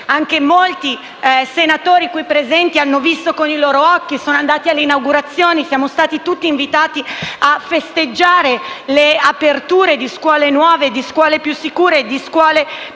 che molti senatori qui presenti hanno visto con i loro occhi, andando alle inaugurazioni; siamo stati tutti invitati a festeggiare le aperture di nuove scuole, più sicure e più belle.